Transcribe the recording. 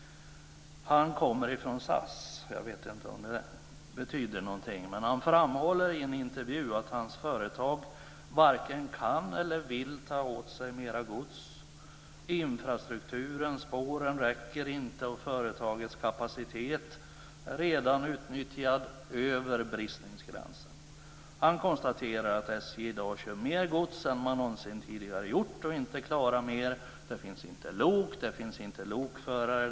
Han kommer ifrån SAS, och jag vet inte om det betyder någonting. Men han framhåller i en intervju att hans företag varken kan eller vill ta åt sig mera gods. Infrastrukturen, spåren, räcker inte och företagets kapacitet är redan utnyttjad över bristningsgränsen. Jan Sundling konstaterar att SJ i dag transporterar mer gods än man någonsin tidigare har gjort och att man inte klarar mer. Det finns inte lok. Det finns inte lokförare.